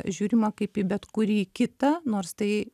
žiūrima kaip į bet kurį kitą nors tai